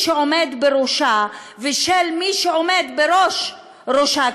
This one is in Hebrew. שעומד בראשה ושל מי שעומד בראש ראשה,